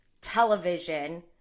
television